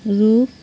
रुख